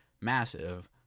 massive